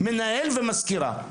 המנהל והמזכירה.